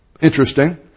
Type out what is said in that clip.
Interesting